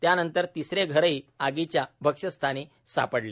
त्यानंतर तिसरे घरही आगीच्या भक्ष्यस्थानी सापडले